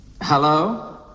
hello